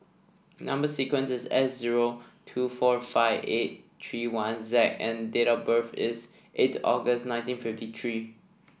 number sequence is S zero two four five eight three one Z and date of birth is eight August nineteen fifty three